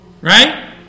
right